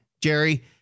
Jerry